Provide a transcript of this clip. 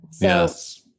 Yes